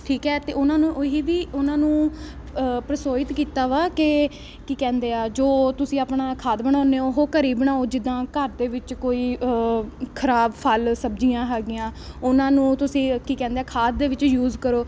ਠੀਕ ਹੈ ਅਤੇ ਉਹਨਾਂ ਨੂੰ ਉਹ ਹੀ ਦੀ ਉਹਨਾਂ ਨੂੰ ਪ੍ਰੋਤਸਾਹਿਤ ਕੀਤਾ ਵਾ ਕਿ ਕੀ ਕਹਿੰਦੇ ਆ ਜੋ ਤੁਸੀਂ ਆਪਣਾ ਖਾਦ ਬਣਾਉਂਦੇ ਹੋ ਉਹ ਘਰ ਬਣਾਓ ਜਿੱਦਾਂ ਘਰ ਦੇ ਵਿੱਚ ਕੋਈ ਖਰਾਬ ਫਲ ਸਬਜ਼ੀਆਂ ਹੈਗੀਆਂ ਉਹਨਾਂ ਨੂੰ ਤੁਸੀਂ ਕੀ ਕਹਿੰਦੇ ਆ ਖਾਦ ਦੇ ਵਿੱਚ ਯੂਜ ਕਰੋ